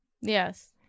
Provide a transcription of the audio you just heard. yes